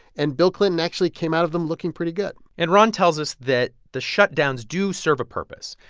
and bill clinton actually came out of them looking pretty good and ron tells us that the shutdowns do serve a purpose.